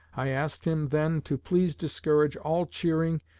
i asked him then to please discourage all cheering,